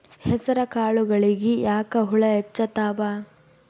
ಹೆಸರ ಕಾಳುಗಳಿಗಿ ಯಾಕ ಹುಳ ಹೆಚ್ಚಾತವ?